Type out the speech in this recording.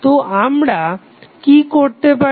তো আমরা কি করতে পারি